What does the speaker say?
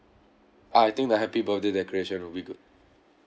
uh I think the happy birthday decoration would be good